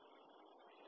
তাই আমরা কি করবো